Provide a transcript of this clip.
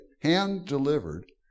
hand-delivered